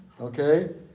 Okay